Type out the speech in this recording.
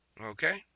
Okay